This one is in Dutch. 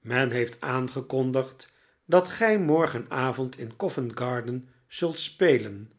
men heeft aangekondigd dat gij morgenavond in co vent garden zult spelen